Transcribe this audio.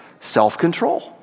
self-control